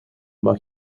mag